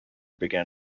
begin